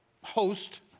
host